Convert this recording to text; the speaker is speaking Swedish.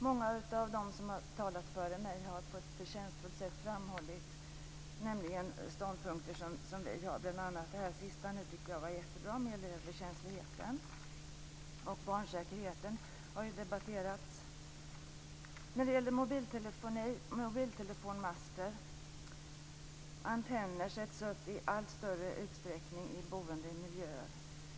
Många tidigare talare har på ett förtjänstfullt sätt framhållit ståndpunkter som också vi har. Det som sades om elöverkänslighet och barnsäkerhet i förra anförandet tyckte jag var jättebra. När det gäller mobiltelefoni sätts det upp antenner i allt större utsträckning i boendemiljöer.